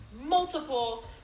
multiple